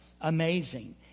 amazing